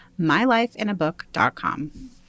mylifeinabook.com